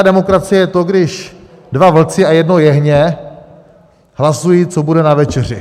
Demokracie je to, když dva vlci a jedno jehně hlasují, co bude na večeři.